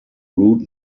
route